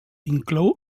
inclou